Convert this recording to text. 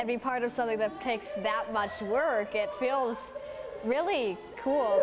every part of something that takes that much work it feels really cool